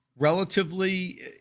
relatively